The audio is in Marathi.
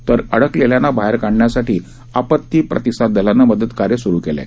तर अडकलेल्यांना बाहेर काढण्यासाठी आपती प्रतिसाद दलानं मदत कार्य सुरू केलं आहे